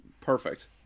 perfect